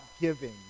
giving